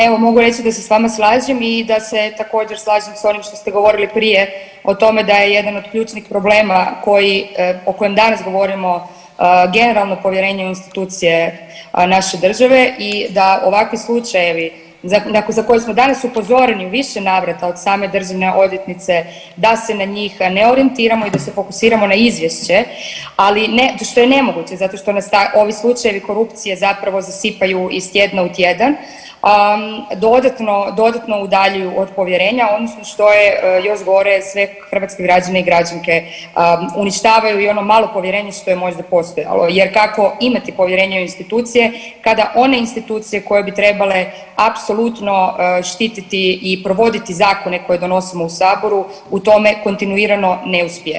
Da, evo mogu reći da se stvarno slažem i da se također slažem s onim što ste govorili prije o tome da je jedan od ključnih problema o kojem danas govorimo generalno povjerenje u institucije naše države i da ovakvi slučajevi za koje smo danas upozoreni u više navrata od same državne odvjetnice da se na njih ne orijentiramo i da se fokusiramo na izvješće, što je nemoguće zato što nas ovi slučajevi korupcije zapravo zasipaju iz tjedna u tjedan dodatno udaljuju od povjerenja odnosno što je još gore sve hrvatske građane i građanke uništavaju i ono malo povjerenja što je možda postojalo jer kako imati povjerenje u institucije kada one institucije koje bi trebale apsolutno štititi i provoditi zakone koje donosimo u Saboru u tome kontinuirano ne uspijevaju.